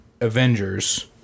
Avengers